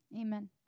Amen